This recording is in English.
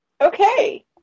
Okay